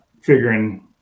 figuring